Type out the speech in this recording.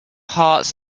hearts